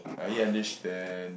I understand